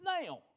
now